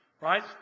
Right